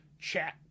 chat